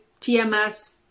TMS